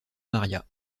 maria